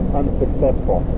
unsuccessful